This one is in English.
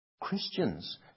Christians